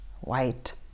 White